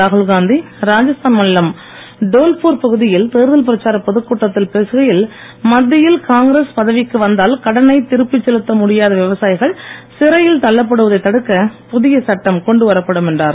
ராகுல்காந்தி ராஜஸ்தான் மாநிலம் டோல்பூர் பகுதியில் தேர்தல் பிரச்சாரப் பொதுக்கூட்டத்தில் பேசுகையில் மத்தியில் காங்கிரஸ் பதவிக்கு வந்தால் கடனை திருப்பி செலுத்த முடியாத விவசாயிகள் சிறையில் தள்ளப்படுவதைத் தடுக்க புதிய சட்டம் கொண்டுவரப்படும் என்றார்